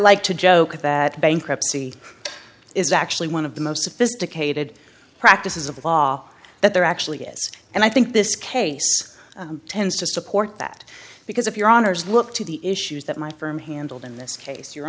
like to joke that bankruptcy is actually one of the most sophisticated practices of law that there actually is and i think this case tends to support that because if your honour's look to the issues that my firm handled in this case you